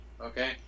Okay